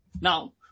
Now